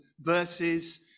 verses